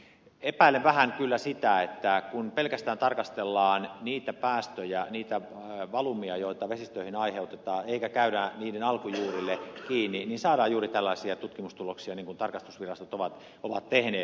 epäilen vähän kyllä sitä että kun pelkästään tarkastellaan niitä päästöjä niitä valumia joita vesistöihin aiheutetaan eikä käydä niiden alkujuurille kiinni saadaan juuri tällaisia tutkimustuloksia niin kuin tarkastusvirastot ovat tehneet